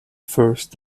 first